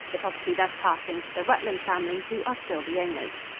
the property thus passing to the rutland family, who are still the owners.